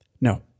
no